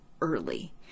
early